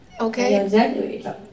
Okay